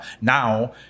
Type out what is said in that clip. now